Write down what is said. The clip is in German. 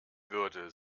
würde